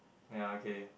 ya okay